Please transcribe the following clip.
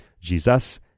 Jesus